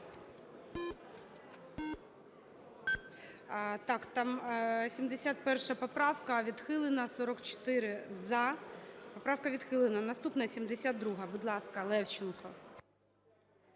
Так, там 71 поправка відхилена. 44 – за, поправка відхилена. Наступна - 72-а. Будь ласка, Левченко.